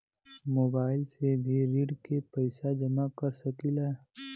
Mobile से भी ऋण के पैसा जमा कर सकी ला?